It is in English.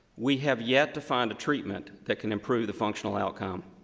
we have yet to find a treatment that can improve the functional outcome.